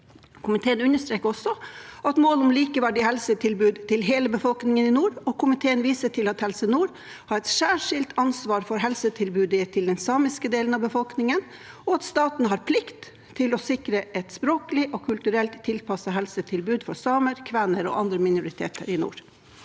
Komiteen understreker også målet om et likeverdig helsetilbud til hele befolkningen i nord, og viser til at Helse nord har et særskilt ansvar for helsetilbudet til den samiske delen av befolkningen, og at staten har plikt til å sikre et språklig og kulturelt tilpasset helsetilbud for samer, kvener og andre minoriteter i nord.